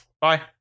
Bye